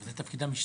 זה תפקיד המשטרה.